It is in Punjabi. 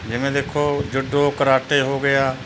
ਜਿਵੇਂ ਦੇਖੋ ਜੁੱਡੋ ਕਰਾਟੇ ਹੋ ਗਏ ਆ